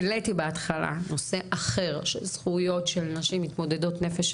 העליתי בהתחלה נושא אחר של זכויות של נשים מתמודדות נפש,